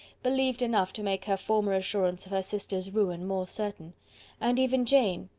believed enough to make her former assurance of her sister's ruin more certain and even jane,